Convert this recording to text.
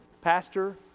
Pastor